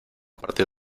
partir